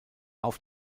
auf